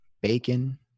bacon